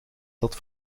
dat